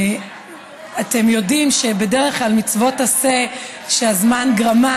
אתם יודעים שבדרך כלל מצוות עשה שהזמן גרמן,